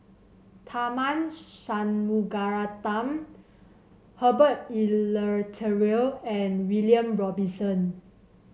Tharman Shanmugaratnam Herbert Eleuterio and William Robinson